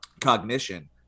cognition